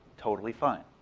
totally fine.